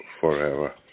forever